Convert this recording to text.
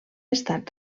estat